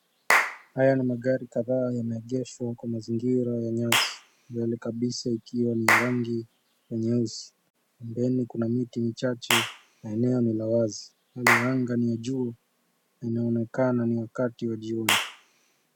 Haya ni magari kadhaa yameegeshwa Kwa mazingira ya nyasi. Mbele kabisa ikiwa ni rangi nyeusi. Pembeni kuna miti michache na eneo ni la wazi. Hali ya anga ni la jua. Inaonekana ni wakati wa jioni.